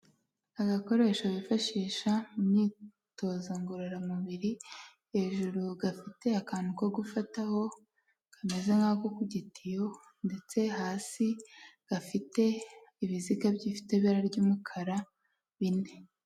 Agakoresho bifashisha mu myitozo ngororamubiri, hejuru gafite akantu ko gufataho kameze nk'ako kubgitiyo ndetse hasi gafite ibiziga by'ifite ibara ry'umukara bine.